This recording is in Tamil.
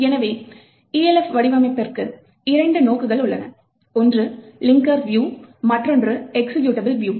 எனவே Elf வடிவமைப்பிற்கு இரண்டு நோக்குகள் உள்ளன ஒன்று லிங்கர் வியூ மற்றொன்று எக்சிகியூட்டபிள் வியூ